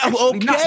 Okay